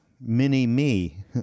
mini-me